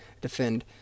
defend